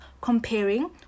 comparing